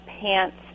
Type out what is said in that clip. pants